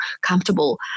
comfortable